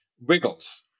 wiggles